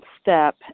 step